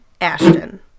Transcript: Ashton